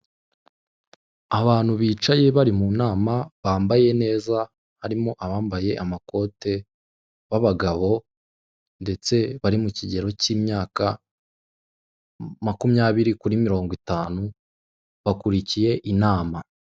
Abantu bicaye bari mu nama bambaye neza harimo abambaye amakote b'abagabo ndetse bari mu kigero k'imyaka makumyabiri kuri mirongo itanu bakurikiye inama.